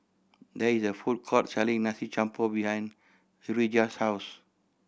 there is a food court selling Nasi Campur behind Urijah's house